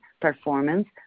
performance